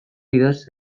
idatz